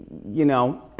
you know.